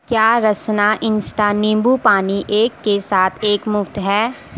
کیا رسنا انسٹا نمبو پانی ایک کے ساتھ ایک مفت ہے